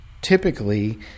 typically